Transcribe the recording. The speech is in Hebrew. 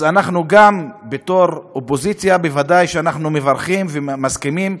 אז אנחנו גם בתור אופוזיציה ודאי שאנחנו מברכים ומסכימים,